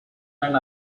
and